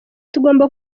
tugomba